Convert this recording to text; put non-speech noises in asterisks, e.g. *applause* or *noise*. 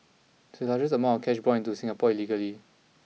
*unintelligible* amount cash brought into Singapore illegally